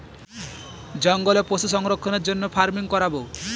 জঙ্গলে পশু সংরক্ষণের জন্য ফার্মিং করাবো